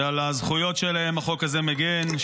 שעל הזכויות שלהם החוק הזה מגן,